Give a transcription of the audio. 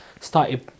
started